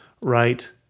right